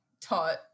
taught